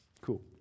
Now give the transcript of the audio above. Cool